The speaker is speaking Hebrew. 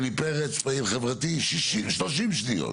בני פרץ פעיל חברתי 30 שניות.